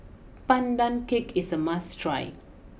Pandan Cake is a must try